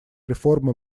реформы